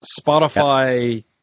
spotify